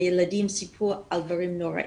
הילדים סיפרו על דברים נוראים.